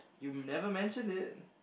you never mentioned it